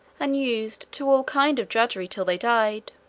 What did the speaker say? and used to all kind of drudgery till they died